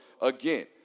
again